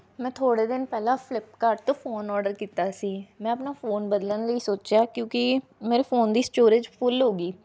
ਮੈਂ ਥੋੜ੍ਹੇ ਦਿਨ ਪਹਿਲਾਂ ਫਲਿੱਪਕਾਰਟ ਤੋਂ ਫੋਨ ਓਡਰ ਕੀਤਾ ਸੀ ਮੈਂ ਆਪਣਾ ਫੋਨ ਬਦਲਣ ਲਈ ਸੋਚਿਆ ਕਿਉਂਕਿ ਮੇਰੇ ਫੋਨ ਦੀ ਸਟੋਰੇਜ ਫੁੱਲ ਹੋ ਗਈ